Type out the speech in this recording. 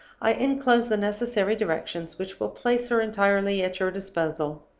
i inclose the necessary directions which will place her entirely at your disposal.